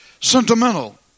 sentimental